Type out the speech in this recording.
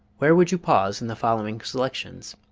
where would you pause in the following selections?